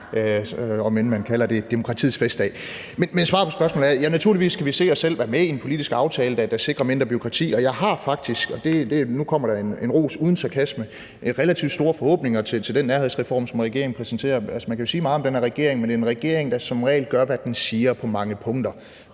om man kalder det demokratiets festdag. Men svaret på spørgsmålet er: Ja, naturligvis kan vi se os selv være med i en politisk aftale, der sikrer mindre bureaukrati. Og jeg har faktisk – og nu kommer der en ros uden sarkasme – relativt store forhåbninger til den nærhedsreform, som regeringen præsenterer. Altså, man kan sige meget om den her regering, men det er jo en regering, der som regel gør, hvad den siger, på mange punkter.